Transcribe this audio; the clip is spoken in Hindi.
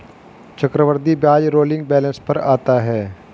चक्रवृद्धि ब्याज रोलिंग बैलन्स पर आता है